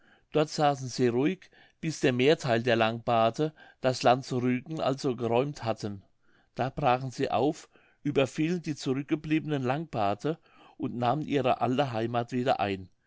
dort saßen sie ruhig bis der mehrtheil der langbarte das land zu rügen also geräumt hatten da brachen sie auf überfielen die zurückgebliebenen langbarte und nahmen ihre alte heimath wieder ein